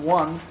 one